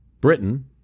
Britain